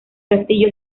castillo